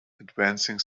advancing